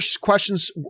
questions